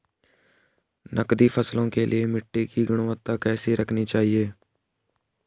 नकदी फसलों के लिए मिट्टी की गुणवत्ता कैसी रखनी चाहिए?